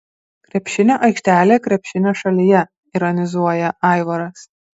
krepšinio aikštelė krepšinio šalyje ironizuoja aivaras